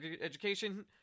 education